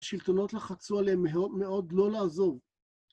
השלטונות לחצו עליהם מאוד לא לעזוב.